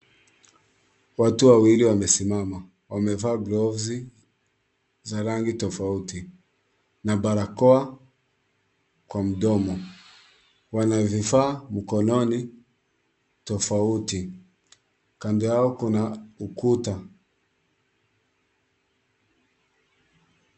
Watu wawili wame simama, wamevaa gloves[ cs]za rangi tofauti. Na barakoa kwa mdomo. Wanavifaa mkononi, tofauti. Kando yao kuna ukuta.